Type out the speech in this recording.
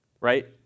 right